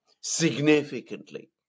significantly